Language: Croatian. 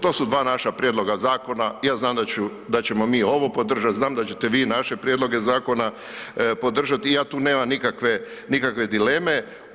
To su dva naša prijedloga zakona, ja znam da ću, da ćemo mi ovo podržat, znam da ćete vi naše prijedloge zakona podržat i ja tu nemam nikakve, nikakve dileme.